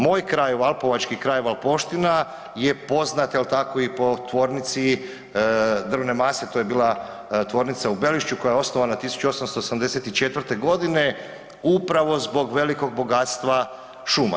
Moj kraj, valpovački kraj, Valpovština je poznata jel tako i po tvornici drvne mase, to je bila tvornica u Belišću koja je osnovana 1884.g. upravo zbog velikog bogatstva šuma.